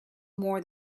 more